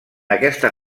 aquesta